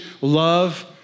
love